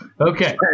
Okay